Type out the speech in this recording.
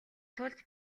тулд